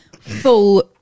full